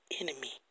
enemy